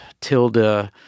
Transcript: Tilda